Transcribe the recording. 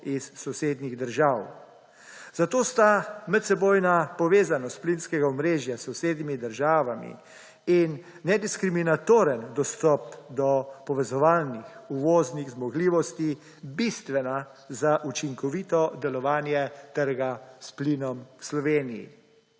iz sosednjih držav. Zato sta medsebojna povezanost plinskega omrežja s sosednjimi državami in nediskriminatoren dostop do povezovalnih uvoznih zmogljivosti bistvena za učinkovito delovanje trga s plinom v Sloveniji.